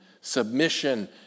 submission